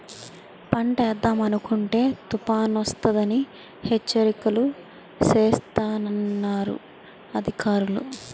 పంటేద్దామనుకుంటే తుపానొస్తదని హెచ్చరికలు సేస్తన్నారు అధికారులు